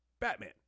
Batman